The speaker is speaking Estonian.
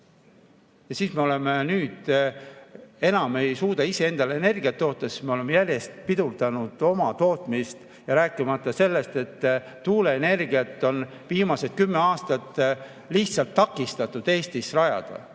Ja ometi me nüüd enam ei suuda iseendale energiat toota, sest me oleme järjest pidurdanud oma tootmist, rääkimata sellest, et tuuleenergiat on viimased kümme aastat lihtsalt takistatud Eestis rajada